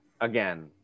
again